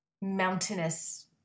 mountainous